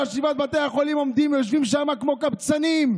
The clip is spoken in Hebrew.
ושבעת מנהלי בתי החולים יושבים שם כמו קבצנים.